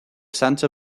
santa